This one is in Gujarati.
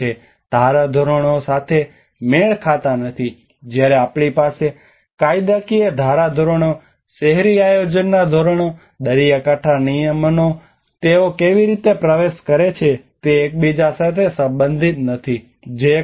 ધારાધોરણો સાથે મેળ ખાતા નથી જ્યારે આપણી પાસે કાયદાકીય ધારાધોરણો શહેરી આયોજનના ધોરણો દરિયાકાંઠાના નિયમનો તેઓ કેવી રીતે પ્રવેશ કરે છે તે એકબીજા સાથે સંબંધિત નથી જે એક પાસા છે